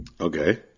Okay